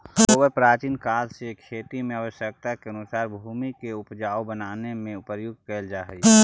गोबर प्राचीन काल से खेती के आवश्यकता के अनुसार भूमि के ऊपजाऊ बनावे में प्रयुक्त कैल जा हई